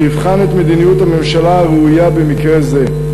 שיבחן את מדיניות הממשלה הראויה במקרה הזה.